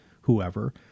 whoever